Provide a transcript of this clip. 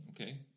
Okay